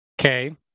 Okay